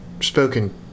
spoken